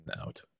out